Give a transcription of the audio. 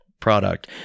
product